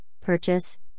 purchase